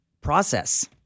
process